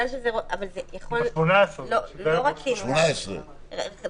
ב-18 חל ראש השנה.